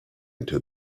into